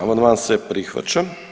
Amandman se prihvaća.